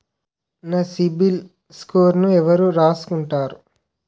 నా సిబిల్ స్కోరును ఎవరు రాసుకుంటారు